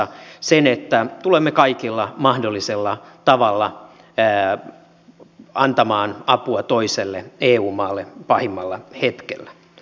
sen että tulemme kaikella mahdollisella tavalla antamaan apua toiselle eu maalle pahimmalla hetkellä